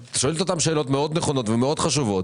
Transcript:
ואת שואלת אותם שאלות מאוד נכונות ומאוד חשובות.